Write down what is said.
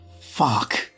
fuck